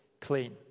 clean